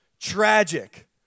tragic